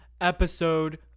episode